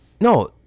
No